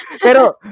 Pero